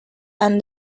and